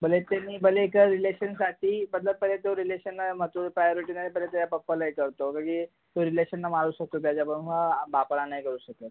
भले त्यानी भले एका रिलेशनसाठी मतलब पहिले तो रिलेशन ए महत्वा त्याच्या पप्पाला हे करतो तो रिलेशनला मानत असतो त्याच्यामुळं मग बापाला नाही करू शकत